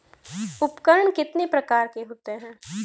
उपकरण कितने प्रकार के होते हैं?